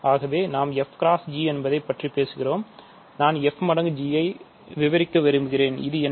ஆகவே நாம் f g என்பதைப் பற்றி பேசுகிறோம் நான் f மடங்கு g ஐ விவரிக்க விரும்புகிறேன் இது என்ன